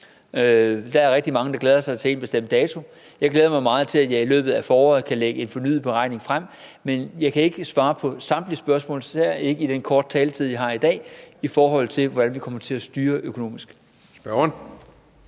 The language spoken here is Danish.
der er rigtig mange, der glæder sig til en bestemt dato. Jeg glæder mig meget til, at jeg i løbet af foråret kan lægge en fornyet beregning frem, men jeg kan ikke svare på samtlige spørgsmål – og især ikke i den korte taletid, jeg har i dag – i forhold til hvordan vi kommer til at styre økonomisk. Kl.